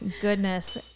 Goodness